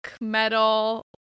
metal